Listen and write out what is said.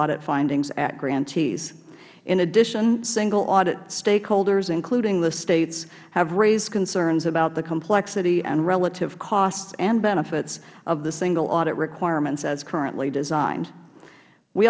it findings by grantees in addition single audit stakeholders including the states have raised concerns about the complexity and relative costs and benefits of the single audit requirements as currently designed we